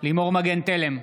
לימור מגן תלם,